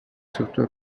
surtout